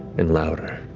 and louder.